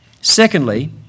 Secondly